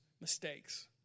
mistakes